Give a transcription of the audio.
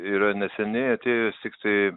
yra neseniai atėjus tiktai